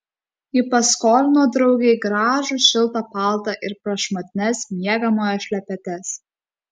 ji paskolino draugei gražų šiltą paltą ir prašmatnias miegamojo šlepetes